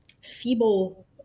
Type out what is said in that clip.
feeble